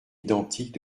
identiques